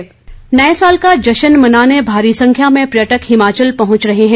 नववर्ष नए साल का जश्न मनाने भारी संख्या में पर्यटक हिमाचल पहुंच रहे हैं